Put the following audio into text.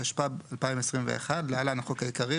התשפ"ב-2021 (להלן החוק העיקרי),